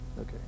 Okay